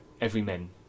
everyman